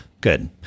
Good